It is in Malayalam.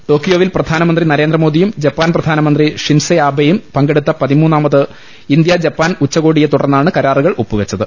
ടോക്കിയോവിൽ പ്രധാനമന്ത്രി നരേന്ദ്രമോദിയും ജപ്പാൻ പ്രധാനമന്ത്രി ഷിൻസെ ആബെയും പങ്കെടുത്ത പതിമൂന്നാമത് ഇന്ത്യ ജപ്പാൻ ഉച്ചകോടിയെ തുടർന്നാണ് കരാറുകൾ ഒപ്പുവെച്ച ത്